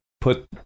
put